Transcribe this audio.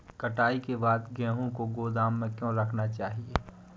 कटाई के बाद गेहूँ को गोदाम में क्यो रखना चाहिए?